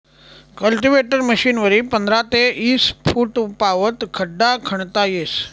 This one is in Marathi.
कल्टीवेटर मशीनवरी पंधरा ते ईस फुटपावत खड्डा खणता येस